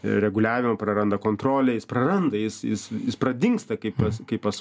reguliavimą praranda kontrolę jis praranda jis jis pradingsta kaip pas kaip pas